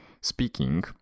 speaking